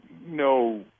no